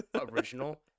original